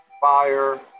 fire